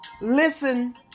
listen